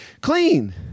clean